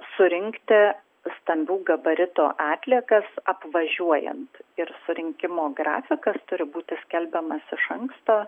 surinkti stambių gabaritų atliekas apvažiuojant ir surinkimo grafikas turi būti skelbiamas iš anksto